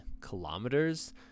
kilometers